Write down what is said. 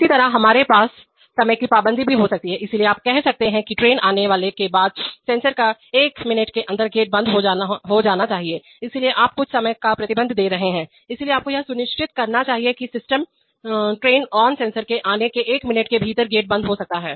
इसी तरह हमारे पास समय की पाबंदी भी हो सकती है इसलिए आप कह सकते हैं कि ट्रेन आने के बाद सेंसर एक मिनट के अंदर गेट बंद हो जाना चाहिए इसलिए अब आप कुछ समय का प्रतिबंध दे रहे हैं इसलिए आपको यह सुनिश्चित करना चाहिए कि सिस्टम ट्रेन ऑन सेंसर के आने के एक मिनट के भीतर गेट बंद हो जाता है